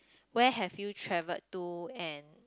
where have you traveled to and